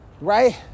right